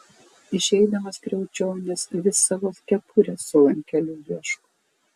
išeidamas kriaučionis vis savos kepurės su lankeliu ieško